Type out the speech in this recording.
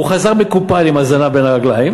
הוא חזר מקופל עם הזנב בין הרגליים.